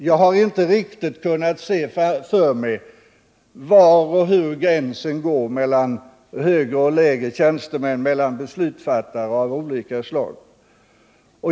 Jag har inte riktigt kunnat se för mig var och hur gränsen går mellan högre och lägre tjänstemän, mellan beslutsfattare av olika slag.